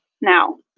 Now